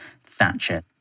Thatcher